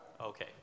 Okay